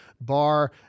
bar